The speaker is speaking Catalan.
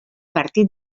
partit